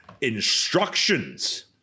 instructions